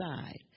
side